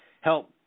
help